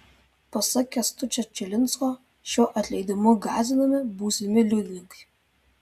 pasak kęstučio čilinsko šiuo atleidimu gąsdinami būsimi liudininkai